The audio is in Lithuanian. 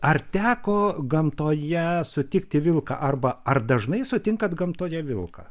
ar teko gamtoje sutikti vilką arba ar dažnai sutinkat gamtoje vilką